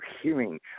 hearing